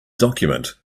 document